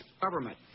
Government